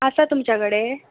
आसा तुमच्या कडेन